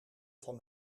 van